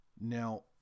Now